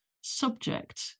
subject